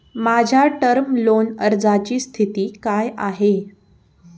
माझ्या term loan अर्जाची स्थिती काय आहे?